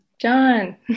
John